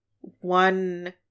one